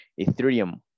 Ethereum